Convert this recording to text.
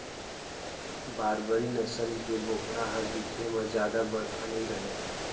बारबरी नसल के बोकरा ह दिखे म जादा बड़का नइ रहय